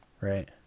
Right